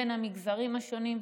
בין המגזרים השונים,